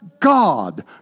God